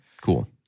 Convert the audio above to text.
Cool